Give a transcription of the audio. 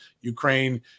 Ukraine